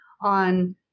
on